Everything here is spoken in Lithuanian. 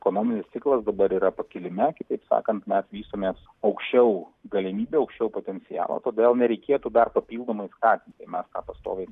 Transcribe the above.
ekonominis ciklas dabar yra pakilime kitaip sakant mes vystomės aukščiau galimybių aukščiau potencialo todėl nereikėtų dar papildomai skatinti mes tą pastoviai